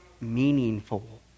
meaningful